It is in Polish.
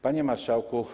Panie Marszałku!